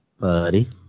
Buddy